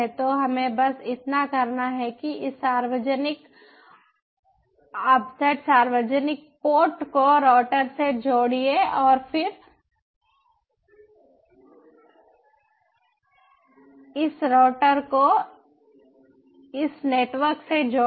तो हमें बस इतना करना है कि इस सार्वजनिक ऑफसेट सार्वजनिक पोर्ट को राउटर से जोड़िए और फिर इस राउटर को इस नेटवर्क से जोड़िए